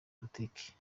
politiki